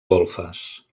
golfes